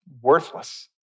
worthless